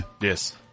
Yes